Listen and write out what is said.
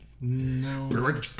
No